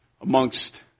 amongst